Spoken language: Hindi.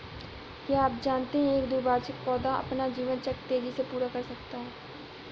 क्या आप जानते है एक द्विवार्षिक पौधा अपना जीवन चक्र तेजी से पूरा कर सकता है?